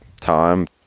time